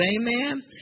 Amen